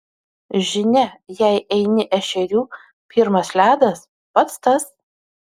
žinia jei eini ešerių pirmas ledas pats tas